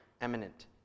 eminent